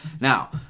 Now